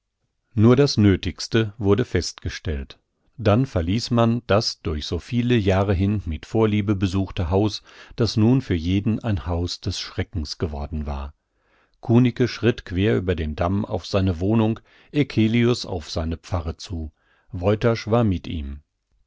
nur das nöthigste wurde festgestellt dann verließ man das durch so viele jahre hin mit vorliebe besuchte haus das nun für jeden ein haus des schreckens geworden war kunicke schritt quer über den damm auf seine wohnung eccelius auf seine pfarre zu woytasch war mit ihm